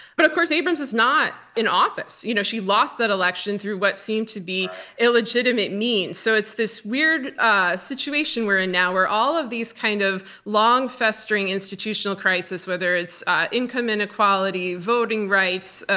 but of course abrams is not in office. you know she lost that election through what seemed to be illegitimate means, so it's this weird ah situation we're in now where all of these kind of long-festering institutional crises, whether it's income inequality, voting rights,